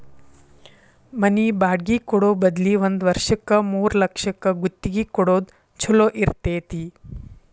ಮನಿ ಬಾಡ್ಗಿ ಕೊಡೊ ಬದ್ಲಿ ಒಂದ್ ವರ್ಷಕ್ಕ ಮೂರ್ಲಕ್ಷಕ್ಕ ಗುತ್ತಿಗಿ ಕೊಡೊದ್ ಛೊಲೊ ಇರ್ತೆತಿ